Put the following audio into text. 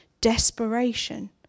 desperation